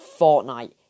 Fortnite